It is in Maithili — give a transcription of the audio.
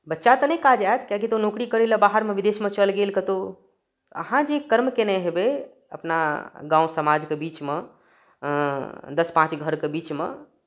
बच्चा तऽ नहि काज आयत किआकि ओ विदेशमे नौकरी करय विदेशमे चलि गेल कतहु अहाँ जे कर्म कयने हेबै अपना गाम समाजके बीचमे दस पाँच घरके बीचमे